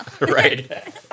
Right